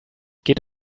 geht